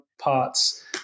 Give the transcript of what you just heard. Parts